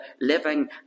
living